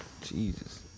Jesus